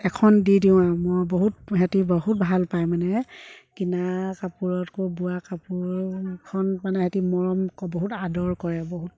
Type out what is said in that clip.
এখন দি দিওঁ আৰু মই বহুত সেহেঁতি বহুত ভাল পায় মানে কিনা কাপোৰতকৈ বোৱা কাপোৰখন মানে সেহেঁতি মৰম বহুত আদৰ কৰে বহুত